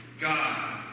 God